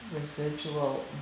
residual